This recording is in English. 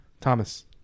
Thomas